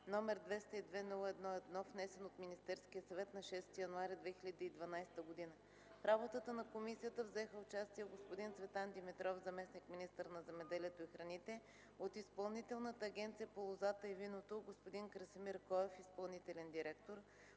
№ 202-01-1, внесен от Министерския съвет на 6 януари 2012 г. В работата на комисията взеха участие господин Цветан Димитров – заместник-министър на земеделието и храните; от Изпълнителната агенция по лозата и виното: господин Красимир Коев – изпълнителен директор,